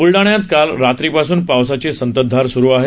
ब्लडाण्यात काल रात्रीपासून पावसाची संततधार सुरू आहे